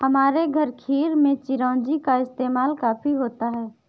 हमारे घर खीर में चिरौंजी का इस्तेमाल काफी होता है